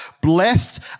blessed